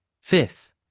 Fifth